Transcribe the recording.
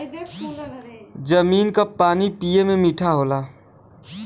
जमीन क पानी पिए में मीठा होला